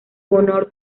honor